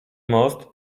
most